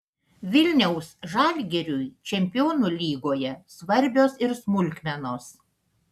vilniaus žalgiriui čempionų lygoje svarbios ir smulkmenos